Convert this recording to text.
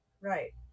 Right